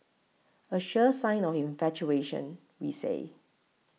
a sure sign of infatuation we say